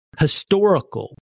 historical